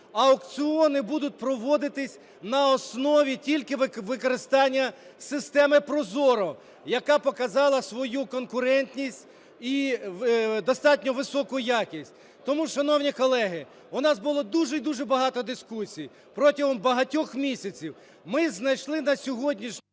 Аукціони будуть проводитися на основі тільки використання системи ProZorro, яка показала свою конкурентність і достатньо високу якість. Тому, шановні колеги, у нас було дуже і дуже багато дискусій протягом багатьох місяців. Ми знайшли на сьогодні ж…